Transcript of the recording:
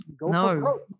No